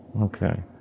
Okay